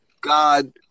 God